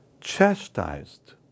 chastised